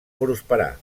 prosperar